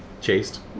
Chased